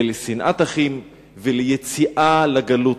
הביא לשנאת אחים וליציאה לגלות.